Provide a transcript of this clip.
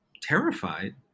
terrified